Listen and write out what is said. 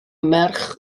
merch